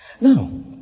Now